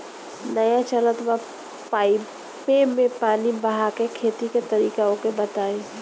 नया चलल बा पाईपे मै पानी बहाके खेती के तरीका ओके बताई?